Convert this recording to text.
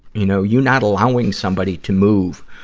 you know, you not allowing somebody to move,